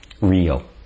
Real